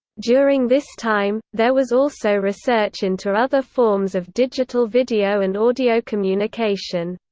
during this time, there was also research into other forms of digital video and audio communication.